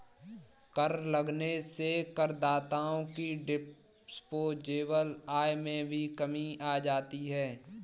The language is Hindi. कर लगने से करदाताओं की डिस्पोजेबल आय में भी कमी आ जाती है